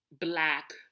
black